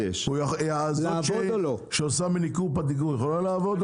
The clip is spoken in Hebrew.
מישהו שעושה מניקור-פדיקור, יכולה לעבוד או לא?